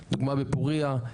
דוגמה בפורייה,